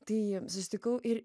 tai susitikau ir